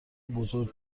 بزرگ